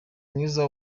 mwiza